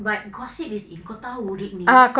but gossip is kau tahu dia ni